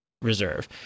reserve